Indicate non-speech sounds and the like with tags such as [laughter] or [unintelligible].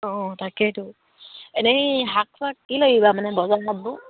অঁ তাকেইতো এনেই শাক চাক কি লাগিব মানে [unintelligible]